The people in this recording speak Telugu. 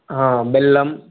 బెల్లం